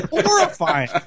horrifying